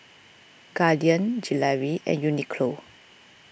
Guardian Gelare and Uniqlo